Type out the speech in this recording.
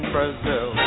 Brazil